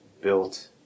built